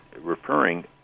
referring